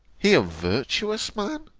he a virtuous man